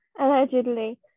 Allegedly